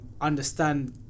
understand